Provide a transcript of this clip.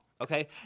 okay